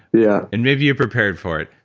yeah and maybe you're prepared for it.